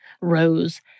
Rose